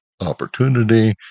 opportunity